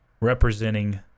representing